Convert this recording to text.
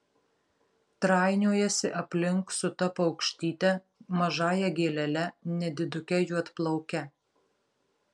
trainiojasi aplink su ta paukštyte mažąja gėlele nediduke juodplauke